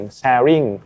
sharing